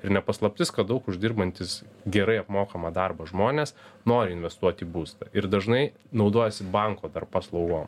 ir ne paslaptis kad daug uždirbantys gerai apmokamą darbą žmonės nori investuoti į būstą ir dažnai naudojasi banko dar paslaugom